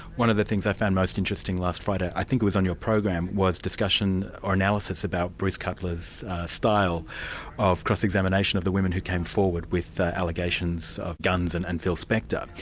one of the things i found most interesting last friday, i think it was on your program, was discussion, or analysis, about bruce cutler's style of cross-examination of the women who came forward with allegations of guns and and phil spector.